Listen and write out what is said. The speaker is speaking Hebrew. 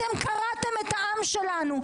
אתם קרעתם את העם שלנו.